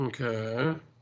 Okay